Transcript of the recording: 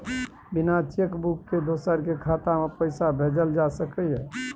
बिना cheque book के दोसर के खाता में पैसा भेजल जा सकै ये?